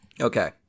Okay